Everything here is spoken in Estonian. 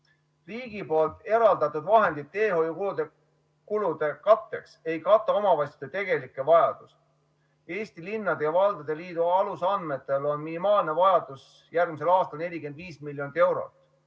Riigi eraldatud vahendid teehoiukulude katteks ei kata omavalitsuste tegelikke vajadusi. Eesti Linnade ja Valdade Liidu alusandmetel on minimaalne vajadus järgmisel aastal 45 miljonit eurot,